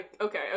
okay